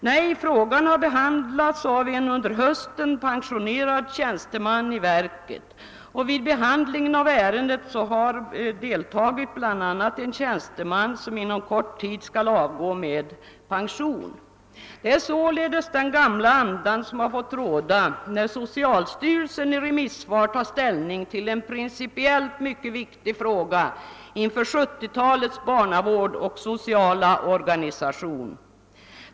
Nej, frågan har behandlats av en under hösten pensionerad tjänsteman i verket, och vid behandlingen av ärendet har deltagit bl.a. en tjänsteman som inom kort skall avgå med pension. Det är således den gamla andan som har fått råda när socialstyrelsen i remissvaret har tagit ställning till en principiellt mycket viktig fråga inför 1970-talets barnavård och sociala organisation.